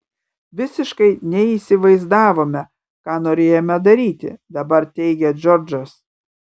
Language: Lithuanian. visiškai neįsivaizdavome ką norėjome daryti dabar teigia džordžas